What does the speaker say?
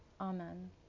Amen